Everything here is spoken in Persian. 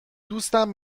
دوستم